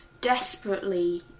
desperately